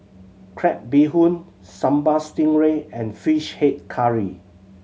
crab bee hoon Sambal Stingray and Fish Head Curry